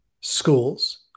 schools